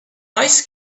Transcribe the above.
ice